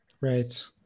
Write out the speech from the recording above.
Right